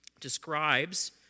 describes